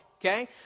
Okay